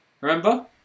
Remember